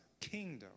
kingdom